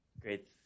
Great